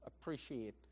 appreciate